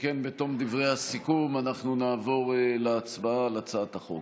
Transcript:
שכן בתום דברי הסיכום אנחנו נעבור להצבעה על הצעת החוק.